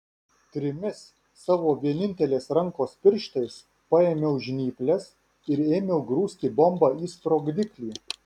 trimis savo vienintelės rankos pirštais paėmiau žnyples ir ėmiau grūsti bombą į sprogdiklį